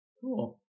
Cool